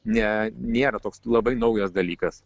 ne nėra toks labai naujas dalykas